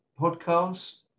podcast